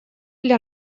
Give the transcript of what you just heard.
для